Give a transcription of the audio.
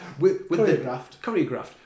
choreographed